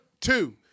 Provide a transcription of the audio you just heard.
two